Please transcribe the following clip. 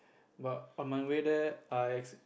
but on my way there I acc~